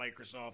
Microsoft